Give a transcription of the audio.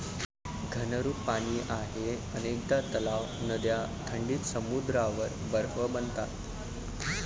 घनरूप पाणी आहे अनेकदा तलाव, नद्या थंडीत समुद्रावर बर्फ बनतात